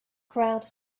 crowd